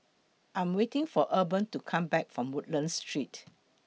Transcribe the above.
I Am waiting For Urban to Come Back from Woodlands Street